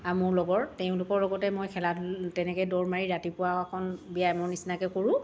আৰু মোৰ লগৰ তেওঁলোকৰ লগতে মই খেলা ধূ তেনেকৈ দৌৰ মাৰি ৰাতিপুৱা অকণ ব্যায়ামৰ নিচিনাকৈ কৰোঁ